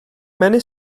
many